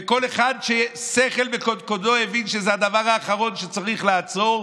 וכל אחד ששכל בקודקודו הבין שזה הדבר הראשון שצריך לעצור,